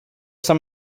some